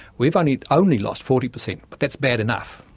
we've only only lost forty percent, but that's bad enough,